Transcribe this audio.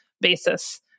basis